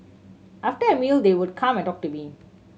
after a meal they would come and talk to me